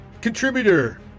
Contributor